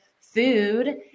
food